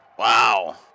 Wow